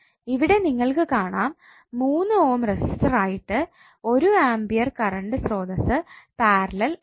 ഇവിടെ നിങ്ങൾക്ക് കാണാം 3 ഓം റെസിസ്റ്റർ ആയിട്ട് 1 ആംപിയർ കറണ്ട് സ്രോതസ്സ് പാരലൽ ആണെന്ന്